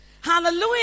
Hallelujah